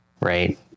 right